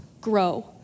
grow